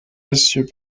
essieux